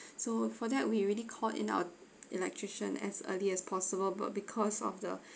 so for that we already called in our electrician as early as possible but because of the